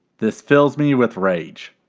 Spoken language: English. this fills me with rage.